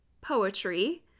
poetry